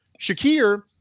Shakir